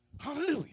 Hallelujah